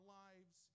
lives